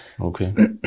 Okay